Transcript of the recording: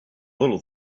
little